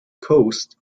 coast